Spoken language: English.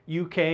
UK